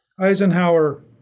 Eisenhower